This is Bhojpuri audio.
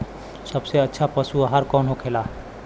सबसे अच्छा पशु आहार कौन होखेला?